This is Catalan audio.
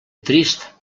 trist